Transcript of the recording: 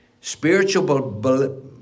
Spiritual